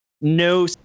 No